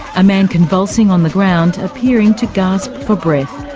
a man convulsing on the ground appearing to gasp for breath.